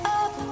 up